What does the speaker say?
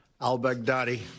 al-Baghdadi